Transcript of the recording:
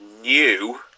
new